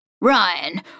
Ryan